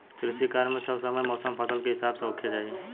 कृषि कार्य मे सब समय मौसम फसल के हिसाब से होखे के चाही